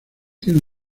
tiene